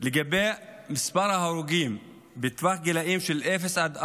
על מספר ההרוגים בטווח הגילים אפס עד ארבע,